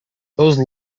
those